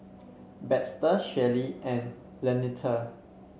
Baxter Shelley and Lanita